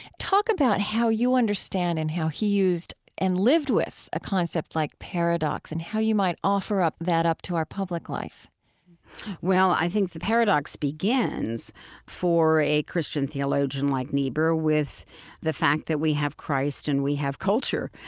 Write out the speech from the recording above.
talk about how you understand and how he used and lived with a concept like paradox and how you might offer up, that up to our public life well, i think the paradox begins for a christian theologian like niebuhr with the fact that we have christ and we have culture.